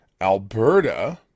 Alberta